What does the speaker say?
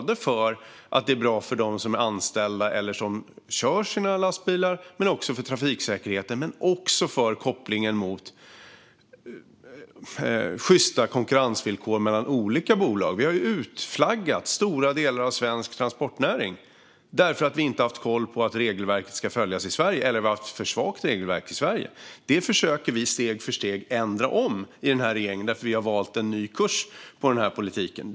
Det är bra för de anställda som kör sina lastbilar, för trafiksäkerheten och för kopplingen till sjysta konkurrensvillkor mellan olika bolag. Vi har utflaggat stora delar av svensk transportnäring därför att vi inte har haft koll på hur regelverket ska följas i Sverige eller har haft ett för svagt regelverk i Sverige. Det försöker vi i regeringen steg för steg ändra. Vi har valt en ny kurs för politiken.